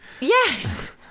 Yes